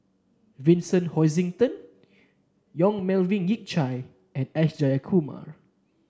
Vincent Hoisington Yong Melvin Yik Chye and S Jayakumar